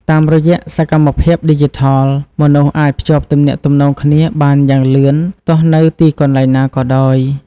តាមរយៈសកម្មភាពឌីជីថល មនុស្សអាចភ្ជាប់ទំនាក់ទំនងគ្នាបានយ៉ាងលឿនទោះនៅទីកន្លែងណាក៏ដោយ។